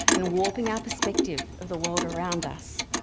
and warping our perspective of the world around us.